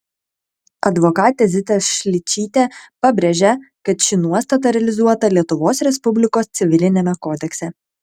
advokatė zita šličytė pabrėžia kad ši nuostata realizuota lietuvos respublikos civiliniame kodekse